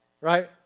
right